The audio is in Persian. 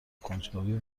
کنجکاوی